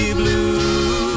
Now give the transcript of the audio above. blue